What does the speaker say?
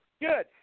Good